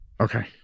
Okay